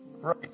Right